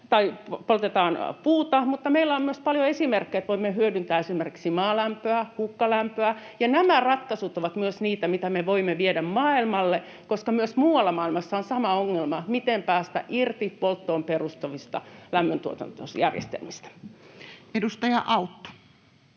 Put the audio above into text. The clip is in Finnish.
poltetaan puuta, mutta meillä on myös paljon esimerkkejä siitä, että voimme hyödyntää esimerkiksi maalämpöä, hukkalämpöä. Ja nämä ratkaisut ovat myös niitä, mitä me voimme viedä maailmalle, koska myös muualla maailmassa on sama ongelma: miten päästä irti polttoon perustuvista lämmöntuotantojärjestämistä. Edustaja Autto.